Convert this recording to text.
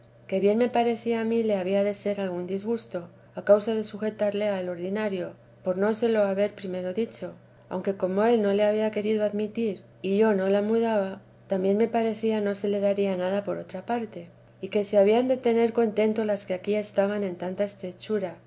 que bien me parecía a mí le había de ser algún disgusto a causa de sujetarle al ordinario por no se lo haber primero dicho aunque como él no le había querido admitir y yo no la mudaba también me parecía no se le daría nada por otra parte y si habían de tener contento las que aquí estaban con tanta estrechura